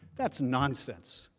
that's nonsense.